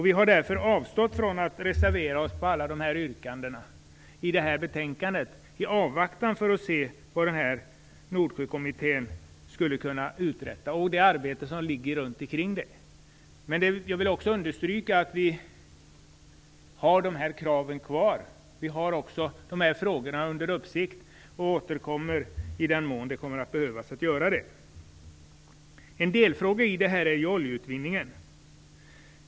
Vi har avstått från att reservera oss mot alla dessa yrkanden i betänkandet, i avvaktan på vad Nordsjökommittén kan uträtta och det arbete som pågår runt omkring. Jag vill också understryka att våra krav står kvar. Vi har de här frågorna under uppsikt och återkommer i den mån det kommer att behövas. En delfråga i detta är oljeutvinningen.